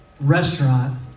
restaurant